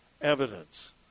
evidence